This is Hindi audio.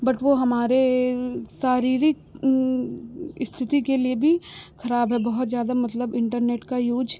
बट वह हमारी शारीरिक स्थिति के लिए भी खराब है बहुत ज़्यादा मतलब इन्टरनेट का यूज़